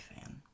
fan